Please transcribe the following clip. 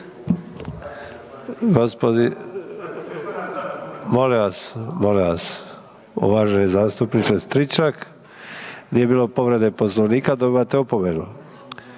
(HDZ)** Molim vas, uvaženi zastupniče Stričak nije bilo povrede Poslovnika dobivate opomenu.